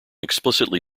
explicitly